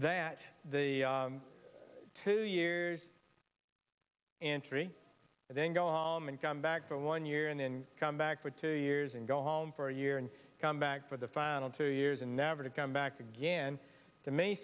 that the two years and three and then go and come back for one year and then come back for two years and go home for a year and come back for the final two years and never to come back again to m